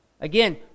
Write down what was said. Again